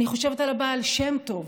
אני חושבת על הבעל שם טוב,